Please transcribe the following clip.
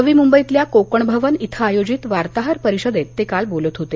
नवी मुंबईतल्या कोकण भवन इथं आयोजित वार्ताहर परिषदेत ते काल बोलत होते